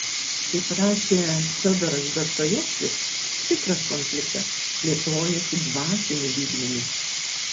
kaip rašė fiodoras dostojevskis tikras konfliktas plėtojasi dvasiniu lygmeniu